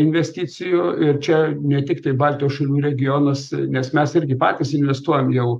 investicijų ir čia ne tiktai baltijos šalių regionuose nes mes irgi patys investuojam jau